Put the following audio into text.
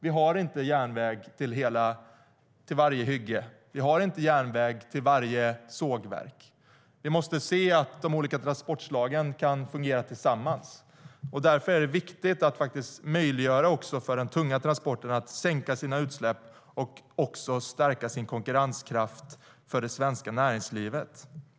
Vi har inte järnväg till varje hygge. Vi har inte järnväg till varje sågverk. Vi måste se att de olika transportslagen kan fungera tillsammans. Det är därför viktigt att möjliggöra för de tunga transporterna att sänka sina utsläpp och för det svenska näringslivet att stärka sin konkurrenskraft.